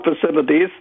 facilities